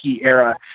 era